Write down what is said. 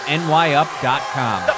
nyup.com